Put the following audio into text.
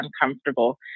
uncomfortable